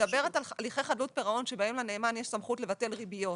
את מדברת על הליכי חדלות פירעון שבהם לנאמן יש סמכות לבטל ריביות,